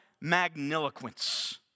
magniloquence